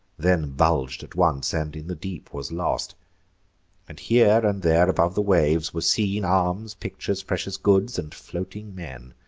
then bulg'd at once, and in the deep was lost and here and there above the waves were seen arms, pictures, precious goods, and floating men.